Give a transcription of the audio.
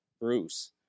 Bruce